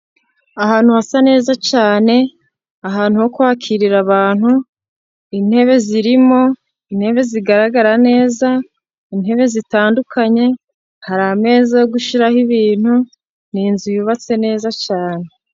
Ahantu hasa neza cyane, ahantu ho kwakirira abantu, intebe zirimo, intebe zigaragara neza, intebe zitandukanye, hari ameza yo gushiraho ibintu, ni inzu yubatse neza cyane.